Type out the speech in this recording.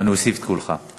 אני אוסיף את קולך.